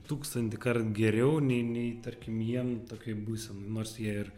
tūkstantįkart geriau nei nei tarkim jiem tokioj būsenoj nors jie ir